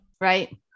right